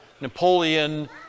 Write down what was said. Napoleon